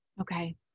Okay